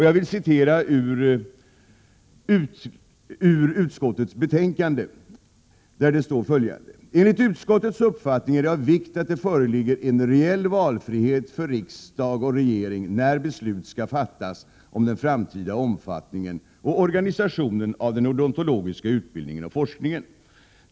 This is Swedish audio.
Jag vill citera ur utskottets betänkande, där det står bl.a. följande: ”Enligt utskottets uppfattning är det av vikt att det föreligger en reell valfrihet för riksdag och regering när beslut skall fattas om den framtida omfattningen och organisationen av den odontologiska utbildningen och forskningen.